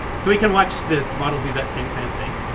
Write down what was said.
so we can watch this model do that same kind of thing.